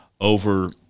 over